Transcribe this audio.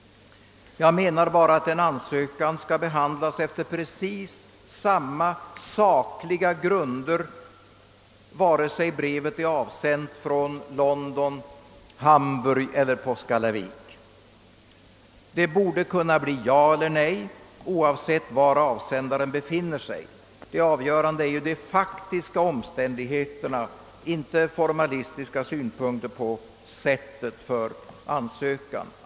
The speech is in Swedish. Jag menar bara att ansökningarna skall behandlas efter precis samma sakliga grunder, oberoende av om de är avsända från London, Hamburg eller Påskallavik. Svaret borde kunna bli ja eller nej, oavsett var den befinner sig som har sänt in ansökan. Det avgörande är ju de faktiska omständigheterna och inte formalistiska synpunkter på sättet för ansökan.